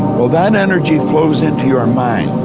well that energy flows into your mind,